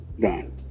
done